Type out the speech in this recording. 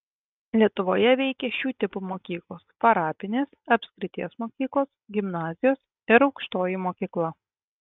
lietuvoje veikė šių tipų mokyklos parapinės apskrities mokyklos gimnazijos ir aukštoji mokykla